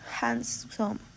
handsome